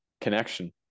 Connection